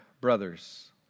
brothers